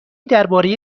درباره